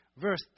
verse